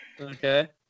Okay